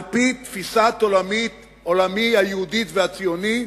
שעל-פי תפיסת עולמי היהודית והציונית,